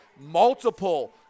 multiple